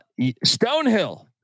Stonehill